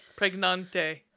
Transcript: pregnante